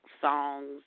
songs